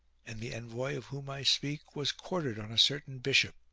and the envoy of whom i speak was quartered on a certain bishop.